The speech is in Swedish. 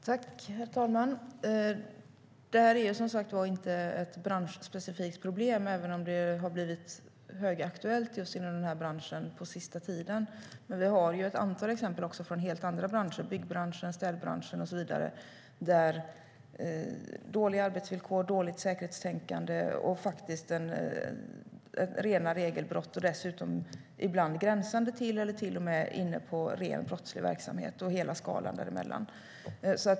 Herr talman! Det här är som sagt inte ett branschspecifikt problem, även om det har blivit högaktuellt just inom den här branschen på senaste tiden. Vi har ett antal exempel från helt andra branscher, till exempel byggbranschen och städbranschen, på dåliga arbetsvillkor, dåligt säkerhetstänkande, rena regelbrott och dessutom ibland verksamhet som gränsar till brottslig verksamhet eller till och med är rent brottslig - och hela skalan däremellan.